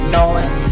noise